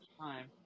time